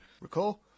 recall